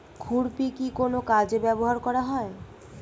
খুরপি কি কোন কাজে ব্যবহার করা হয়?